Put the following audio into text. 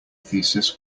thesis